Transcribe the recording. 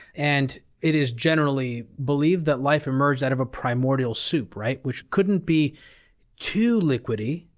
and it is generally believed that life emerged out of a primordial soup, right? which couldn't be too liquidy,